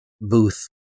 booth